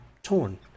Torn